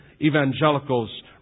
Evangelicals